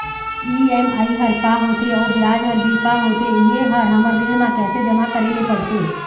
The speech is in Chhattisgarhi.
ई.एम.आई हर का होथे अऊ ब्याज हर भी का होथे ये हर हमर ऋण मा कैसे जमा करे ले पड़ते?